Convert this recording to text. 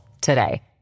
today